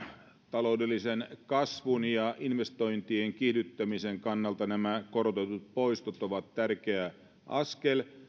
taloudellisen kasvun ja investointien kiihdyttämisen kannalta nämä korotetut poistot ovat tärkeä askel